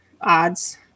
odds